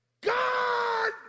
God